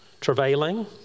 Travailing